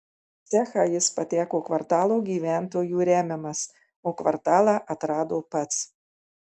cechą jis pateko kvartalo gyventojų remiamas o kvartalą atrado pats